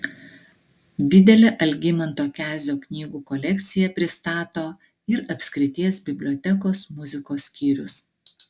didelę algimanto kezio knygų kolekciją pristato ir apskrities bibliotekos muzikos skyrius